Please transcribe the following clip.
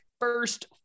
first